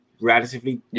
relatively